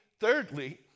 Thirdly